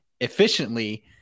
efficiently